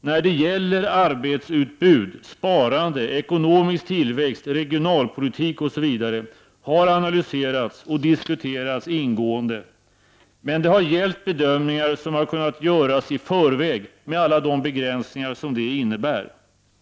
när det gäller arbetsutbud, sparande, ekonomisk tillväxt, regionalpolitik, osv. — har analyserats och diskuterats ingående. Men det har gällt bedömningar som har kunnat göras i förväg, med alla de begränsningar som det innebär.